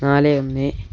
നാല് ഒന്ന്